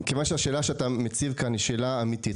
שהשאלה שאתה מציב כאן היא שאלה אמיתית,